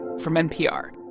from npr